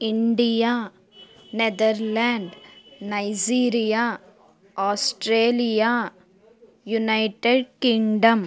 India Netherlands Nigeria Australia United Kingdom